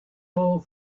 all